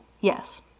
Yes